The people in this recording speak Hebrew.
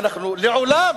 ואנחנו לעולם